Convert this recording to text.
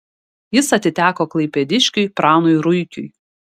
jis atiteko klaipėdiškiui pranui ruikiui